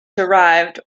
derived